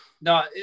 no